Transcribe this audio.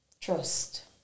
trust